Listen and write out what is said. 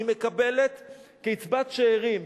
היא מקבלת קצבת שאירים.